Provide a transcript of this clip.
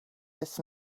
this